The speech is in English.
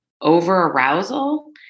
over-arousal